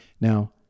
Now